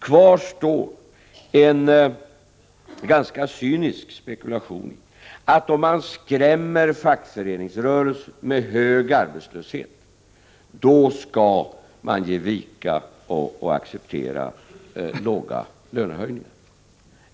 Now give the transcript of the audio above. Kvar står en ganska cynisk spekulation om, att om man skrämmer fackföreningsrörelsen med hög arbetslöshet, då ger den vika och accepterar låga lönehöjningar.